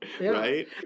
Right